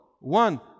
one